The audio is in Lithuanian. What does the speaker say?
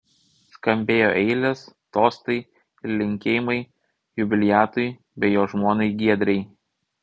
skambėjo eilės tostai ir linkėjimai jubiliatui bei jo žmonai giedrei